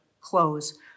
close